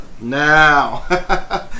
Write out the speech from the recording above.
Now